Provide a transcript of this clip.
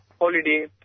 holiday